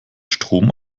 strom